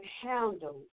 handle